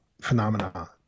phenomena